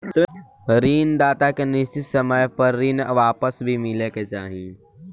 ऋण दाता के निश्चित समय पर ऋण वापस भी मिले के चाही